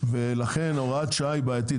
ולכן הוראת שעה היא בעייתית,